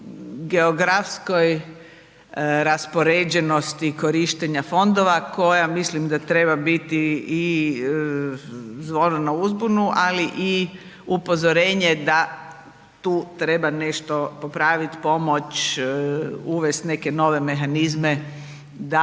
geografskoj raspoređenosti korištenja fondova koja mislim da treba biti i zvono na uzbunu ali i upozorenje da tu treba nešto popraviti, pomoći, uvesti neke nove mehanizme da